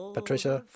Patricia